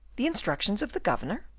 the instructions of the governor?